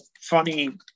funny